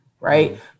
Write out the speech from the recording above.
right